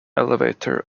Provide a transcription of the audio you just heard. elevator